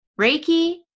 Reiki